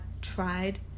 Tried